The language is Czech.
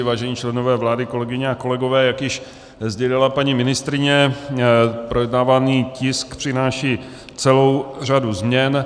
Vážení členové vlády, kolegyně a kolegové, jak již sdělila paní ministryně, projednávaný tisk přináší celou řadu změn.